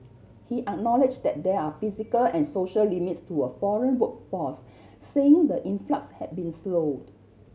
he acknowledged that there are physical and social limits to a foreign workforce saying the influx had been slowed